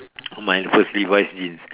oh my first Levi's jeans